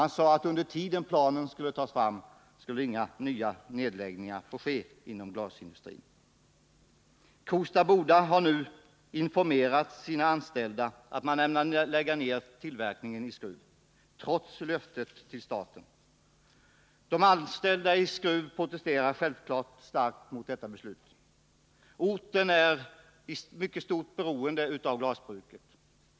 Man sade att under den tid då planen skulle tas fram skulle inga nya nedläggningar få ske inom glasindustrin. Kosta Boda har nu informerat sina anställda om att man ämnar lägga ned tillverkningen i Skruv trots löftet till staten. De anställda i Skruv protesterar 45 självfallet starkt mot detta beslut. Orten är i mycket stort beroende av glasbruket.